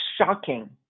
Shocking